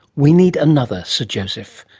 we need another sir joseph.